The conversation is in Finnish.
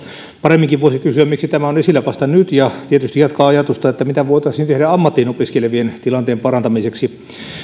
paremminkin voisi kysyä miksi tämä on esillä vasta nyt ja tietysti jatkaa ajatusta että mitä voitaisiin tehdä ammattiin opiskelevien tilanteen parantamiseksi